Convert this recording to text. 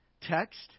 text